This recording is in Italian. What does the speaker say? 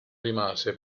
rimase